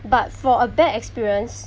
but for a bad experience